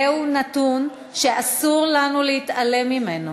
זהו נתון שאסור לנו להתעלם ממנו.